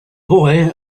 boy